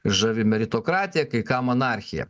žavi meritokratija kai kam anarchija